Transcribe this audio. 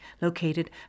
located